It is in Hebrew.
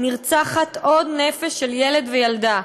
נרצחת עוד נפש של ילד או ילדה,